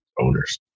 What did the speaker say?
owners